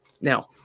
Now